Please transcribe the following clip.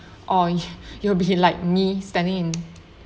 or you'll be like me standing in